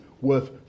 worth